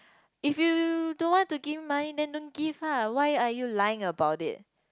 if you don't want to give money then don't give lah why are you lying about it